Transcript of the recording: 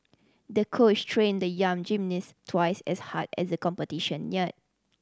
the coach trained the young gymnast twice as hard as the competition neared